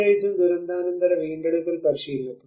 പ്രത്യേകിച്ചും ദുരന്താനന്തര വീണ്ടെടുക്കൽ പരിശീലനത്തിൽ